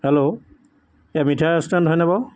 hello এই মিঠাই restaurant হয় নে বাৰু